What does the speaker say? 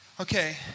Okay